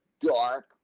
dark